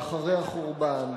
ואחרי החורבן,